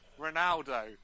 Ronaldo